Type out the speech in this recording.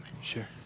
Sure